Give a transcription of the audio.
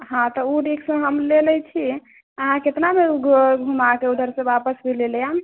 हँ तऽ ओ रिस्क हम लऽ लै छी अहाँ केतनामे घुमा कऽ उधरसँ वापस भी लेले आएब